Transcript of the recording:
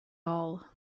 all